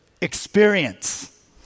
experience